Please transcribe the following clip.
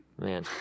Man